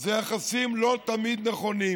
אלה יחסים לא תמיד נכונים,